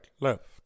left